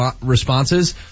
responses